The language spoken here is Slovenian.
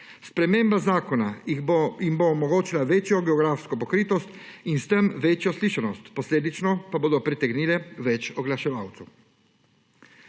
Sprememba zakona jim bo omogočila večjo geografsko pokritost in s tem večjo slišanost, posledično pa bodo pritegnile več oglaševalcev.